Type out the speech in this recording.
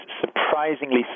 surprisingly